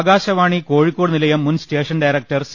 ആകാശവാണി കോഴിക്കോട് നിലയം മുൻ station director C